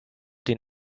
den